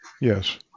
Yes